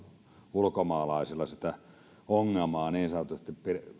ulkomaalaisilla sitä ongelmaa saataisiin